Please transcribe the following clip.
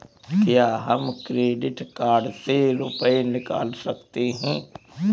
क्या हम credit card से रुपये निकाल सकते हैं?